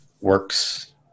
works